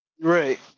Right